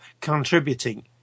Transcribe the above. contributing